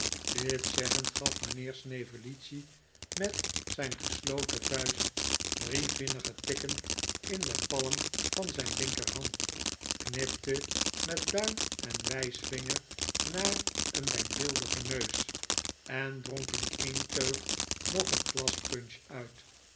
dit zeggend gaf mijnheer snevellicci met zijn gesloten vuist drie vinnige tikkert in de palm van zijn linkerhand knipte met duim en wijsvinger naar een denkbeeldigen neus en dronk in een teug nog een glas punch uit